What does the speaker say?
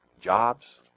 jobs